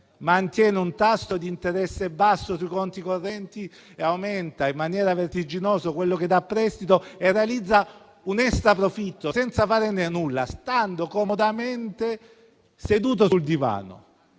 mantiene un tasso di interesse basso sui conti correnti e aumenta in maniera vertiginosa quello che dà a prestito e realizza un extraprofitto senza fare nulla, stando comodamente seduto sul divano?